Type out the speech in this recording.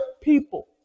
people